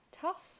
tough